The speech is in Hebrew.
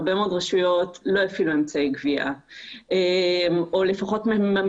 הרבה מאוד רשויות לא הפעילו אמצעי גבייה או לפחות ממתינות.